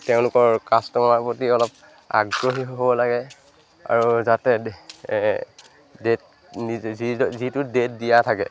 তেওঁলোকৰ কাষ্টমাৰৰ প্ৰতি অলপ আগ্ৰহী হ'ব লাগে আৰু যাতে ডেট নিজে যি যিটো ডেট দিয়া থাকে